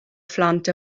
phlant